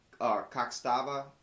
kakstava